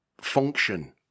function